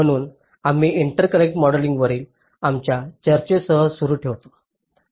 म्हणून आम्ही इंटरकनेक्ट मॉडेलिंगवरील आमच्या चर्चेसह सुरू ठेवतो